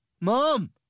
mom